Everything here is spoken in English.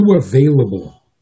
available